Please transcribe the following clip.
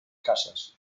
casas